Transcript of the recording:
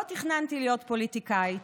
לא תכננתי להיות פוליטיקאית,